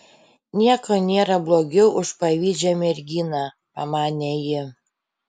nieko nėra blogiau už pavydžią merginą pamanė ji